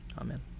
Amen